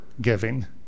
giving